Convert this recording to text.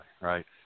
right